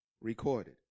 recorded